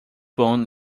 bone